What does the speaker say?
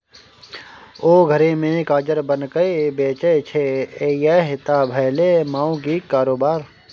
ओ घरे मे काजर बनाकए बेचय छै यैह त भेलै माउगीक कारोबार